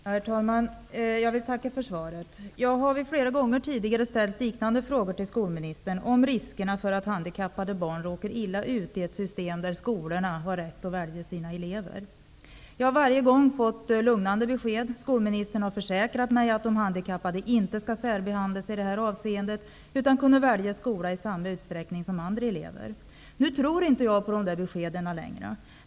Herr talman! Jag vill tacka för svaret. Jag har flera gånger tidigare ställt liknande frågor till skolministern, om riskerna för att handikappade barn råkar illa ut i ett system där skolorna har rätt att välja sina elever. Jag har varje gång fått lugnande besked. Skolministern har försäkrat mig att de handikappade inte skall särbehandlas i det här avseendet utan kunna välja skola i samma utsträckning som andra elever. Nu tror inte jag på de där beskeden längre.